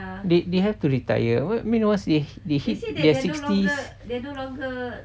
they they have to retire [what] once they they hit their sixties